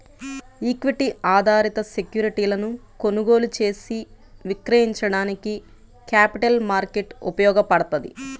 equity ఆధారిత సెక్యూరిటీలను కొనుగోలు చేసి విక్రయించడానికి క్యాపిటల్ మార్కెట్ ఉపయోగపడ్తది